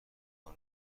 کار